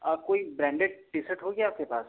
आप कोई branded T shirt होगी आपके पास